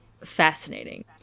fascinating